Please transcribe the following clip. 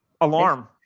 alarm